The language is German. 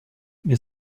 wir